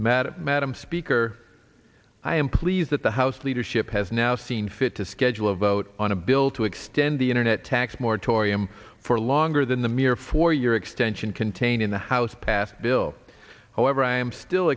madam madam speaker i am pleased that the house leadership has now seen fit to schedule a vote on a bill to extend the internet tax moratorium for longer than the mere four year extension contained in the house passed bill however i am still